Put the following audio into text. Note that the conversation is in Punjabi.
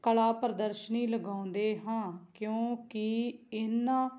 ਕਲਾ ਪ੍ਰਦਰਸ਼ਨੀ ਲਗਾਉਂਦੇ ਹਾਂ ਕਿਉਂਕਿ ਇਹਨਾਂ